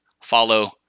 follow